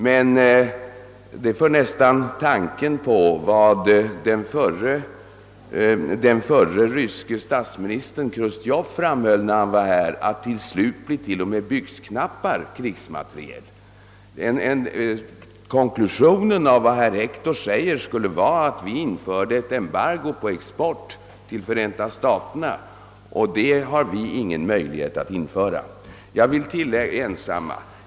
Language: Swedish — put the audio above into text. Men det resonemanget för tanken till vad förre ryske regeringschefen Chrustjov framhöll då han var här, nämligen att till slut blir till och med byxknappar krigsmateriel. Konklusionen av vad herr Hector säger skulle bli att vi införde ett embargo på export till Förenta staterna, och det har vi ingen möjlighet att göra ensamma.